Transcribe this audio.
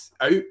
out